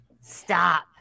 stop